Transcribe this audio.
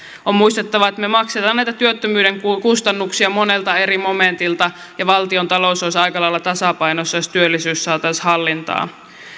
on muistettava että me maksamme näitä työttömyyden kustannuksia monelta eri momentilta ja valtiontalous olisi aika lailla tasapainossa jos työllisyys saataisiin hallintaan